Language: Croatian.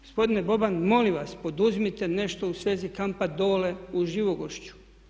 Gospodine Boban molim vas poduzmite nešto u svezi kampa Dole u Živogošću.